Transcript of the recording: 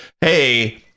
hey